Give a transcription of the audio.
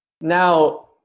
Now